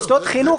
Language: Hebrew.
מוסדות חינוך,